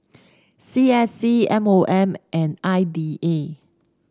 C S C M O M and I D A